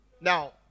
Now